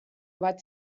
bat